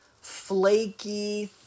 flaky